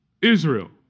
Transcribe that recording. Israel